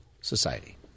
society